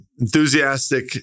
enthusiastic